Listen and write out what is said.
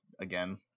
again